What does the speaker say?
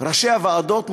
ראשי הוועדות,